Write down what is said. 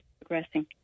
progressing